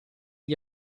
gli